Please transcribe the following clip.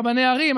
רבני ערים,